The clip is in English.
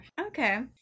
Okay